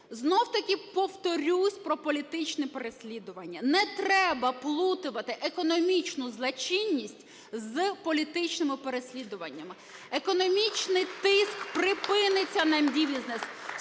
Знов-таки повторюсь про політичне переслідування. Не треба плутати економічну злочинність з політичними переслідуваннями. Економічний тиск припиниться на бізнес.